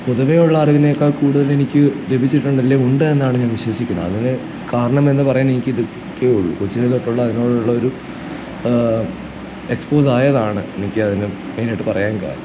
പൊതുവെ ഉള്ള അറിവിനേക്കാൾ കൂടുതലെനിക്ക് ലഭിച്ചിട്ടുണ്ട് അല്ലേ ഉണ്ട് എന്നാണ് ഞാൻ വിശ്വസിക്കുന്നത് അതിന് കാരണമെന്ന് പറയുവാനെനിക്കിത് ഒക്കേയുള്ളു കൊച്ചിലേ തൊട്ടുള്ള അതിനോടുള്ള ഒരു എക്സ്പോസായതാണ് എനിക്ക് അതിന് മെയിനായിട്ട് പറയാൻ കാരണം